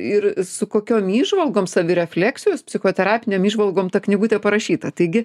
ir su kokiom įžvalgom savirefleksijos psichoterapinėm įžvalgom ta knygutė parašyta taigi